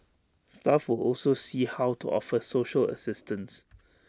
staff will also see how to offer social assistance